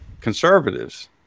conservatives